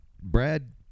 Brad